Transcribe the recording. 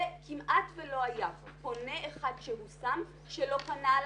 וכמעט ולא היה פונה אחד שהושם שלא פנה אל